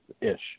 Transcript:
ish